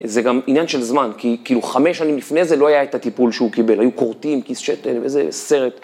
זה גם עניין של זמן, כי כאילו חמש שנים לפני זה לא היה את הטיפול שהוא קיבל, היו קורטים, כיס שטל, איזה סרט.